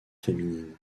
féminine